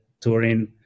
Turin